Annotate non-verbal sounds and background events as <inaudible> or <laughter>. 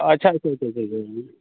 ᱟᱪᱪᱷᱟ ᱟᱪᱪᱷᱟ ᱟᱪᱪᱷᱟ ᱟᱪᱪᱷᱟ <unintelligible>